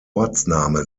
ortsname